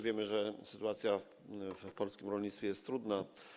Wiemy, że sytuacja w polskim rolnictwie jest trudna.